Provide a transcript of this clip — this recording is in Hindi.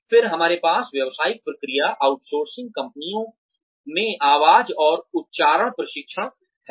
फिर हमारे पास व्यावसायिक प्रक्रिया आउटसोर्सिंग कंपनियों में आवाज और उच्चारण प्रशिक्षण है